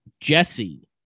Jesse